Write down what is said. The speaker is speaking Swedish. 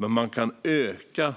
Men man kan öka